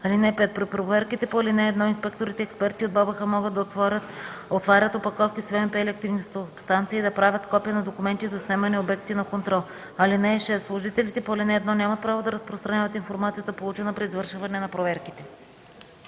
6: „(5) При проверките по ал. 1, инспекторите и експертите от БАБХ могат да отварят опаковки с ВМП или активни субстанции, да правят копия на документи и заснемане в обектите на контрол. (6) Служителите по ал. 1 нямат право да разпространяват информацията, получена при извършване на проверките.”